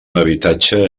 habitatge